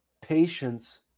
Patience